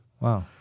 Wow